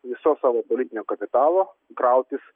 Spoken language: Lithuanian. viso savo pradinio kapitalo krautis